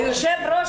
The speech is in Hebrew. היו"ר,